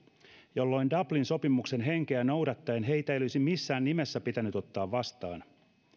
jolloin dublin sopimuksen henkeä noudattaen heitä ei olisi missään nimessä pitänyt ottaa vastaan